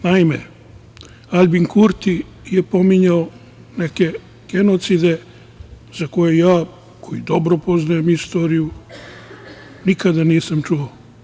Naime, Aljbin Kurti je pominjao neke genocide za koje ja, koji dobro poznajem istoriju, nikada nisam čuo.